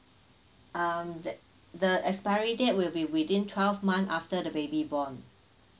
um that the expiry date will be within twelve month after the baby born